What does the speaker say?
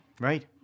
Right